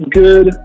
good